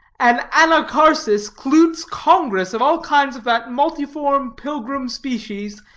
an anacharsis cloots congress of all kinds of that multiform pilgrim species,